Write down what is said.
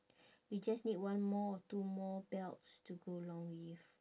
you just need one more or two more belts to go along with